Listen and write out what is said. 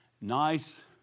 nice